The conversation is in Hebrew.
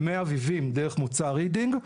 למי אביבים דרך מוצא רידינג,